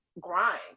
grind